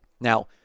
Now